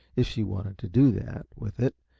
if she wanted to do that with it,